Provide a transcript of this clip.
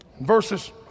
Verses